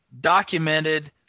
documented –